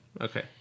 Okay